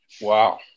wow